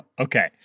Okay